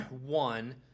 One